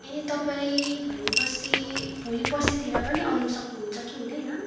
ए तपाईँ भनेपछि भोलि पर्सीतिर पनि आउनु सक्नुहुन्छ कि हुँदैन